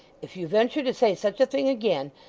if you venture to say such a thing again,